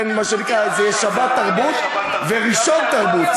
זה "שבתרבות" ו"ראשון תרבות".